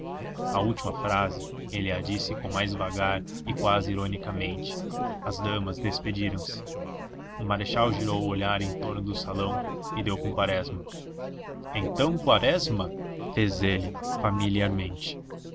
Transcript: a última frase ele a disse com mais vagar e quase ironicamente as damas despediram-se o marechal girou o olhar em torno do salão e deu com quaresma então quaresma fez ele familiarmente